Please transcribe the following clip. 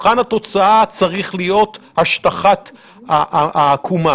מבחן התוצאה צריך להיות השטחת העקומה.